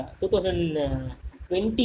2020